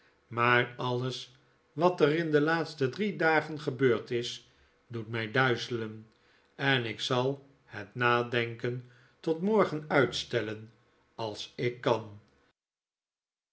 maar alles wat er in de laatste drie dagen gebeurd is doet mij duizelen en ik zal het nadenken tot morgen uitstellen als ik kan